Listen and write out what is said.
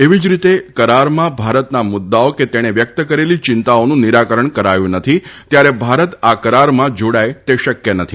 એવી જ રીત કરારમાં ભારતના મુદ્દાઓ કે તણ વ્યક્ત કરેલી ચિંતાઓનું નિરાકરણ કરાયું નથી ત્યારે ભારત આ કરારમાં જોડાય તા શક્ય નથી